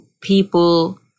people